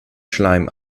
schleim